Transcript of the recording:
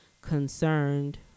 concerned